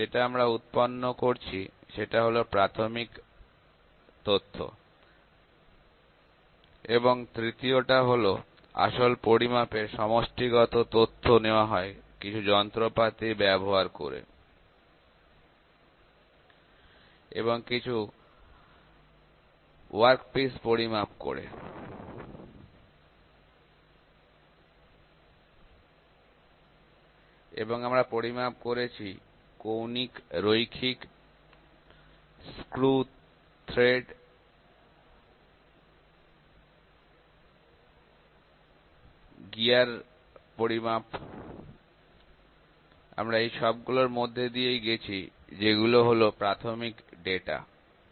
যেটা আমরা উৎপন্ন করছি সেটা হল প্রাথমিক ডেটা এবং তৃতীয় টা হল আসল পরিমাপের সমষ্টিগত ডাটা নেওয়া হয় কিছু যন্ত্রপাতি ব্যাবহার করে এবং কিছু ওয়ার্কপিস পরিমাপ করে এবং আমরা পরিমাপ করেছি কৌণিক রৈখিক স্ক্রু থ্রেড gear metrology আমরা এই সবগুলোর মধ্যে দিয়েই গেছি যেগুলো হলো প্রাথমিক ডাটা